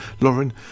Lauren